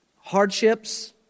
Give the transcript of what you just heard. hardships